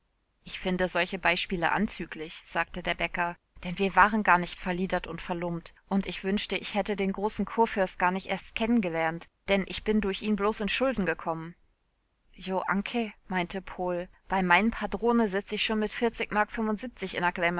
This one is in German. ich finde solche beispiele anzüglich sagte der bäcker denn wir waren gar nicht verliedert und verlumpt und ich wünschte ich hätt den großen kurfürst gar nich erst kennen gelernt denn ich bin durch ihn bloß in schulden gekommen jo anche meinte pohl bei mein padrone sitz ich schon mit vierzig mark